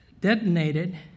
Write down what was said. detonated